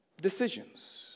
decisions